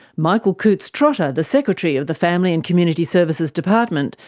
michael coutts-trotter, the secretary of the family and community services department,